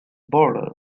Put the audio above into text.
borders